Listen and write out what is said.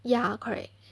ya correct